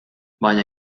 baina